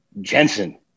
Jensen